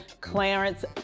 Clarence